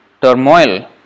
turmoil